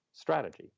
Strategy